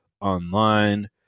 online